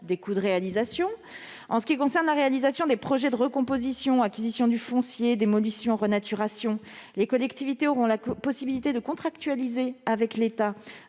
du trait de côte ; en ce qui concerne la réalisation des projets de recomposition- acquisition du foncier, démolition, renaturation -, les collectivités auront la possibilité de contractualiser avec l'État,